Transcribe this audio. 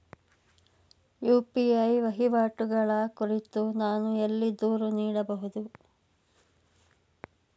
UPI ವಹಿವಾಟುಗಳ ಕುರಿತು ನಾನು ಎಲ್ಲಿ ದೂರು ನೀಡಬಹುದು?